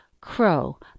crow